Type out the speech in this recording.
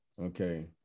Okay